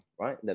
right